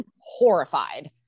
horrified